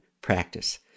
practice